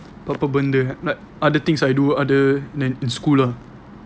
ape benda like other things I do other than in school lah